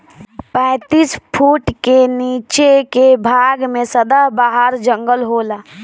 पैतीस फुट के नीचे के भाग में सदाबहार जंगल होला